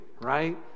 right